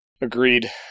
Agreed